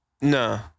No